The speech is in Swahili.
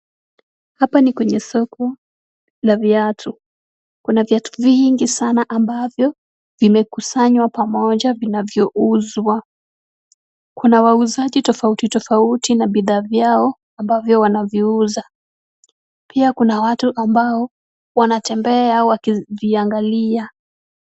Hapa ni kwenye soko la viatu, kuna viatu vingi sana ambavyo vimekusanywa pamoja vinavyouzwa, kuna wauzaji tofauti tofauti na bidhaa vyao ambavyo wanaviuza, pia kuna watu ambao wanatembea wakiviangalia.